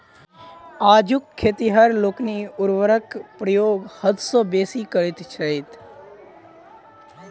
आजुक खेतिहर लोकनि उर्वरकक प्रयोग हद सॅ बेसी करैत छथि